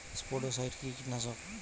স্পোডোসাইট কি কীটনাশক?